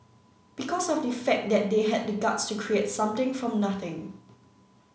because of the fact that they had the guts to create something from nothing